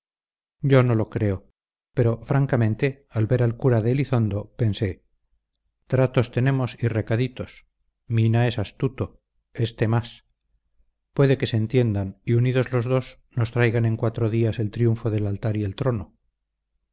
yo no lo creo pero francamente al ver al cura de elizondo pensé tratos tenemos y recaditos mina es astuto éste más puede que se entiendan y unidos los dos nos traigan en cuatro días el triunfo del altar y el trono